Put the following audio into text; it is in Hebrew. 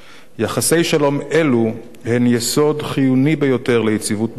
יחסי שלום אלו הם יסוד חיוני ביותר ליציבות באזור.